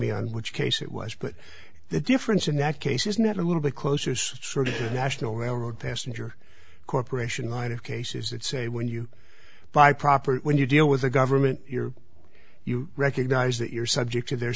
me on which case it was but the difference in that case is not a little bit closer some sort of national railroad passenger corporation line of cases that say when you buy property when you deal with the government you're you recognize that you're subject to their